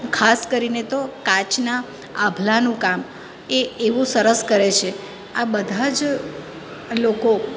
ખાસ કરીને તો કાચના આભલાનું કામ એ એવું સરસ કરે છે આ બધા જ લોકો